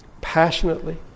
passionately